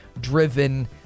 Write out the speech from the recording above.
driven